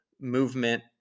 movement